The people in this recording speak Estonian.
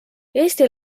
eesti